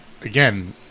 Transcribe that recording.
again